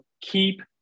keep